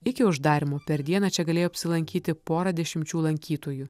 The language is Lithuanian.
iki uždarymo per dieną čia galėjo apsilankyti pora dešimčių lankytojų